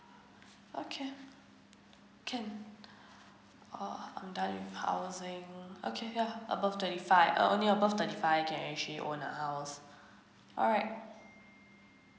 okay can uh I'm done with housing okay yeah above twenty five oh only above twenty five can actually own a house alright